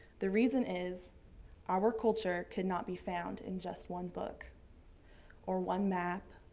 the reason is our culture could not be found in just one book or one map.